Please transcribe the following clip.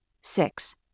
Six